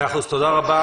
תודה רבה.